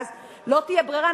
ואז לא תהיה ברירה,